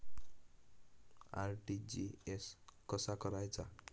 RTGS कसा करायचा?